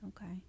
okay